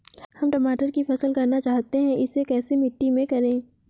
हम टमाटर की फसल करना चाहते हैं इसे कैसी मिट्टी में करें?